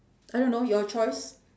I don't know your choice